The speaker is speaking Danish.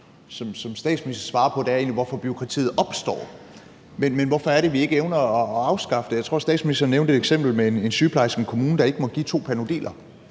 som statsministeren svarer på, er jo egentlig, hvorfor bureaukratiet opstår. Men hvorfor er det, at vi ikke evner at afskaffe det? Jeg tror, statsministeren nævnte et eksempel med en sygeplejerske i en kommune, der ikke må give to Panodiler.